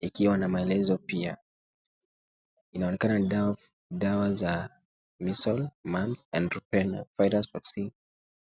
ikiwa na maelezo pia. Inaonekana ni dawa za measle mumps and rubella virus vaccine .